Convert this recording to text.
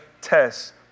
tests